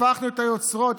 הפכנו את היוצרות,